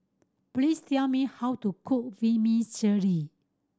please tell me how to cook Vermicelli